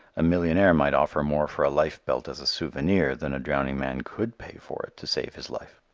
a millionaire might offer more for a life belt as a souvenir than a drowning man could pay for it to save his life.